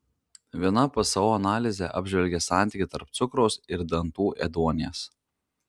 viena pso analizė apžvelgė santykį tarp cukraus ir dantų ėduonies